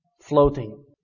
Floating